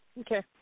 Okay